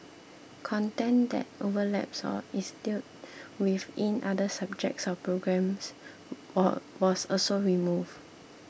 content that overlaps or is dealt with in other subjects or programmes were was also removed